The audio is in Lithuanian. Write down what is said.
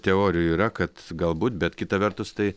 teorijų yra kad galbūt bet kita vertus tai